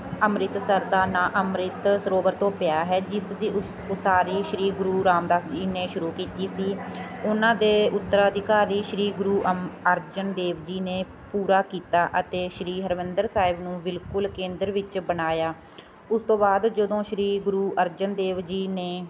ਅੰਮ੍ਰਿਤਸਰ ਦਾ ਨਾਂ ਅੰਮ੍ਰਿਤ ਸਰੋਵਰ ਤੋਂ ਪਿਆ ਹੈ ਜਿਸ ਦੀ ਉਸ ਉਸਾਰੀ ਸ਼੍ਰੀ ਗੁਰੂ ਰਾਮਦਾਸ ਜੀ ਨੇ ਸ਼ੁਰੂ ਕੀਤੀ ਸੀ ਉਹਨਾਂ ਦੇ ਉੱਤਰਾਧਿਕਾਰੀ ਸ਼੍ਰੀ ਗੁਰੂ ਅਮ ਅਰਜਨ ਦੇਵ ਜੀ ਨੇ ਪੂਰਾ ਕੀਤਾ ਅਤੇ ਸ਼੍ਰੀ ਹਰਿਮੰਦਰ ਸਾਹਿਬ ਨੂੰ ਬਿਲਕੁਲ ਕੇਂਦਰ ਵਿੱਚ ਬਣਾਇਆ ਉਸ ਤੋਂ ਬਾਅਦ ਜਦੋਂ ਸ਼੍ਰੀ ਗੁਰੂ ਅਰਜਨ ਦੇਵ ਜੀ ਨੇ